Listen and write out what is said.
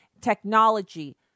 technology